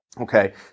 Okay